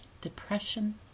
depression